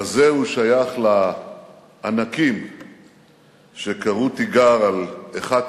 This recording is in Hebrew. בזה הוא שייך לענקים שקראו תיגר על אחת